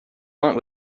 want